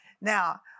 Now